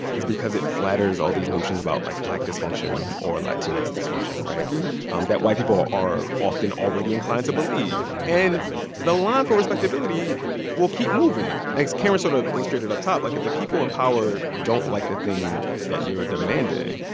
is because it flatters all these notions about, like, black dysfunction or latinx dysfunction right? mmm hmm um that white people are often already inclined to believe and the line for respectability will keep moving. as karen sort of illustrated up top, like, if the people in power don't like the thing that you're demanding,